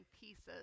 pieces